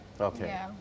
Okay